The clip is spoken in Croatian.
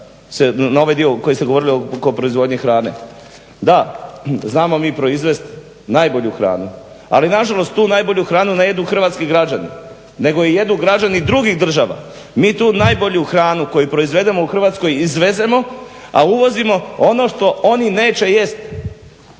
na ovaj dio koji ste govorili oko proizvodnje hrane. Da, znamo mi proizvesti najbolju hranu ali nažalost tu najbolju hranu ne jedu hrvatski građani, nego ih jedu građani drugih država. Mi tu najbolju hranu koju proizvedemo u Hrvatskoj izvezemo a uvozimo ono što oni neće jest.